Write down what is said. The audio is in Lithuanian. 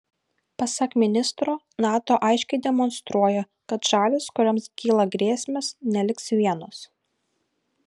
pasak ministro nato aiškiai demonstruoja kad šalys kurioms kyla grėsmės neliks vienos